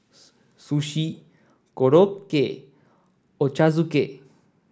Sushi Korokke Ochazuke